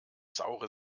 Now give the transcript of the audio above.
saure